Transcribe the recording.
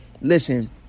listen